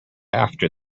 after